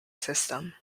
system